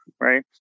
right